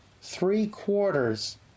Three-quarters